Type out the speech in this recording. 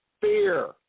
Fear